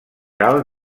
alt